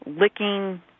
licking